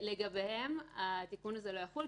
לגביהם התיקון הזה לא יחול,